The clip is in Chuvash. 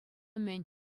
мӗн